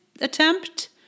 attempt